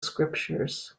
scriptures